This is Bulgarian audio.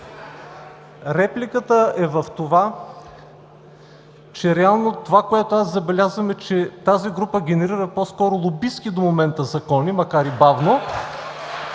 Репликата е в това, че реално това, което аз забелязвам, е, че тази група генерира по-скоро лобистки до момента закони, макар и бавно!